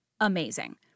amazing